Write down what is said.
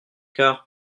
car